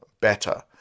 better